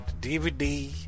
dvd